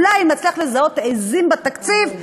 אולי אם נצליח לזהות עזים בתקציב,